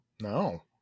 No